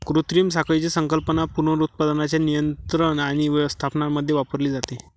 कृत्रिम साखळीची संकल्पना पुनरुत्पादनाच्या नियंत्रण आणि व्यवस्थापनामध्ये वापरली जाते